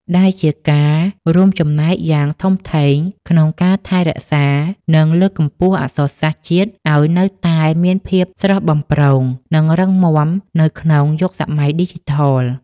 ដែលជាការរួមចំណែកយ៉ាងធំធេងក្នុងការថែរក្សា និងលើកកម្ពស់អក្សរសាស្ត្រជាតិឱ្យនៅតែមានភាពស្រស់បំព្រង និងរឹងមាំនៅក្នុងយុគសម័យឌីជីថល។